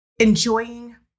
enjoying